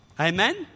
Amen